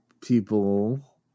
people